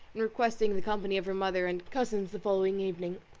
and requesting the company of her mother and cousins the following evening.